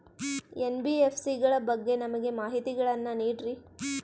NBFC ಗಳ ಬಗ್ಗೆ ನಮಗೆ ಮಾಹಿತಿಗಳನ್ನ ನೀಡ್ರಿ?